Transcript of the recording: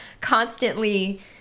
constantly